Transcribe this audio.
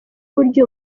y’uburyo